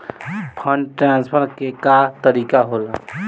Fund transfer के का तरीका होला?